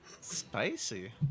Spicy